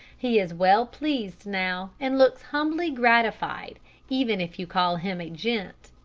he is well pleased now, and looks humbly gratified even if you call him a gent.